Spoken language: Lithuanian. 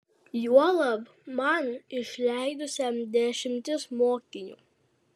juolab man išleidusiam dešimtis mokinių